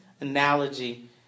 analogy